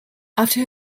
after